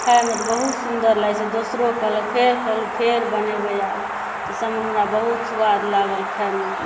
खाय मे तऽ बहुत सुन्दर लागै छै दोसरो कहलक फेर कहलक फेर बनेबे आब संग मे हमरा बहुत स्वाद लागल खायमे